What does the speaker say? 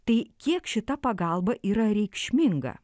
tai kiek šita pagalba yra reikšminga